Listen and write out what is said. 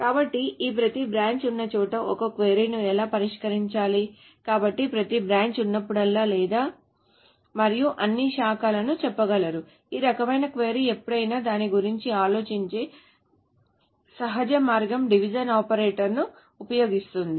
కాబట్టి ఈ ప్రతి బ్రాంచ్ ఉన్న చోట ఒక క్వరీ ను ఎలా పరిష్కరించాలి కాబట్టి ప్రతి బ్రాంచ్ ఉన్నప్పుడల్లా లేదా మీరు అన్ని శాఖలను చెప్పగలరు ఈ రకమైన క్వరీ ఎప్పుడైనా దాని గురించి ఆలోచించే సహజ మార్గం డివిజన్ ఆపరేటర్ ను ఉపయోగిస్తుంది